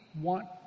want